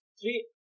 three